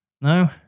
No